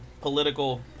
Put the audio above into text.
political